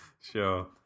Sure